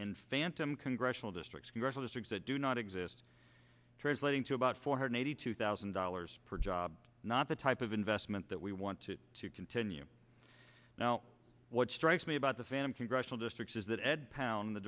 in phantom congressional districts commercial districts that do not exist translating to about four hundred eighty two thousand dollars per job not the type of investment that we want to to continue now what strikes me about the phantom congressional districts is that ed pound the